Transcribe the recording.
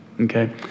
okay